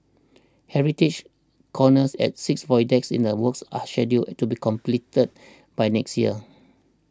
heritage corners at six void decks in the works are scheduled to be completed by next year